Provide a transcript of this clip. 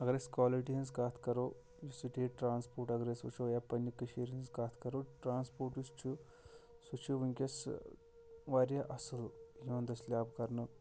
اگر أسۍ کالِٹی ہِنٛز کَتھ کَرو سِٹیٹ ٹرٛانسپوٹ اگر أسۍ وٕچھو یا پَنٛنہِ کٔشیٖرِ ہِنٛز کَتھ کَرو ٹرٛانسپوٹ یُس چھُ سُہ چھُ وٕنکٮ۪س واریاہ اَصٕل یِوان دٔسلِیاب کَرنہٕ